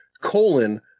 colon